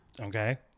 Okay